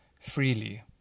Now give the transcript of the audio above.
freely